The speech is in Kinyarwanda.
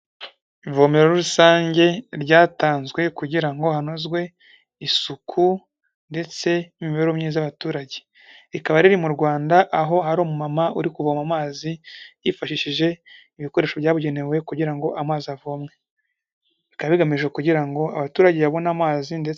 Ivomero rusange ryatanzwe kugira ngo hanozwe isuku, ndetse n'imibereho myiza y'abaturage. Rikaba riri mu Rwanda aho hari umu mama uri kuvoma amazi, yifashishije ibikoresho byabugenewe kugira ngo amazi avomwe. Bikaba bigamije kugira ngo abaturage babone amazi, ndetse ...